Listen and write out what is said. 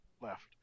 left